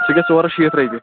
سُہ گژھِ ژور ہتھ شیٖتھ رۄپیہِ